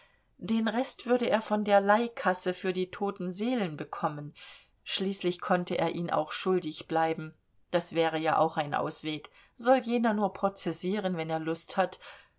den rest würde er von der leihkasse für die toten seelen bekommen schließlich konnte er ihn auch schuldig bleiben das wäre ja auch ein ausweg soll jener nur prozessieren wenn er lust hat